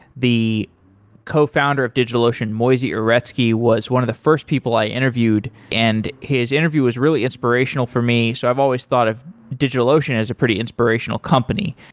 the co-founder of digitalocean moisey uretsky was one of the first people i interviewed and his interview was really inspirational for me, so i've always thought of digitalocean as a pretty inspirational company.